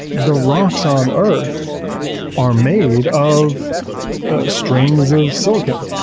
the rocks on earth are made of strings of silicon.